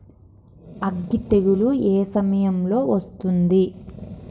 అగ్గి తెగులు ఏ సమయం లో వస్తుంది?